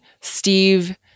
steve